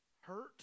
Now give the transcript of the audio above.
hurt